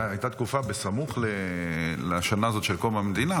הייתה תקופה בסמוך לשנה הזאת של קום המדינה,